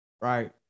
Right